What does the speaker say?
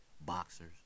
boxers